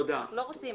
אנחנו לא רוצים את זה.